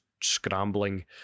scrambling